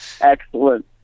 Excellent